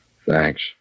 Thanks